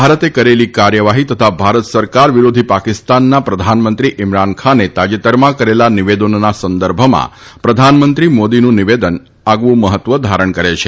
ભારતે કરેલી કાર્યવાહી તથા ભારત સરકાર વિરોધી પાકિસ્તાનના પ્રધાનમંત્રી ઇમરાન ખાને તાજેતરમાં કરેલા નિવેદનોના સંદર્ભમાં પ્રધાનમંત્રી મોદીનું નિવેદન આગવું મહત્વ ધારણ કરે છે